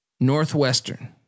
Northwestern